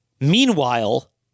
Meanwhile